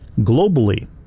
globally